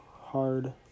hard